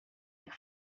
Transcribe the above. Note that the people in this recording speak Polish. jak